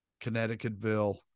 Connecticutville